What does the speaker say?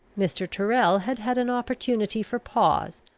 mr. tyrrel had had an opportunity for pause,